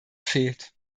fehlt